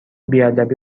بیادبی